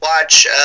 watch